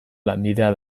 lanbidea